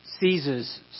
seizes